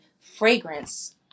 fragrance